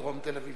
בדרום תל-אביב.